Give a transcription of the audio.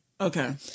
okay